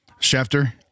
Schefter